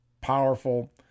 powerful